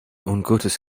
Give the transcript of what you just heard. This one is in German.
ungutes